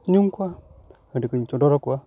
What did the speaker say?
ᱧᱩᱢ ᱠᱚᱣᱟ ᱦᱟᱺᱰᱤ ᱠᱩᱧ ᱪᱚᱰᱚᱨᱟᱠᱚᱣᱟ